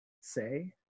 say